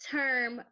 term